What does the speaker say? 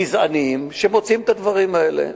גזענים, שמוציאים את הדברים האלה.